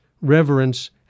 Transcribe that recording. reverence